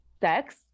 sex